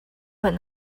but